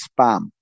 spam